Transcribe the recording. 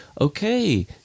okay